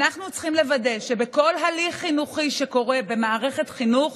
אנחנו צריכים לוודא שבכל הליך חינוכי שקורה במערכת חינוך